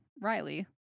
Riley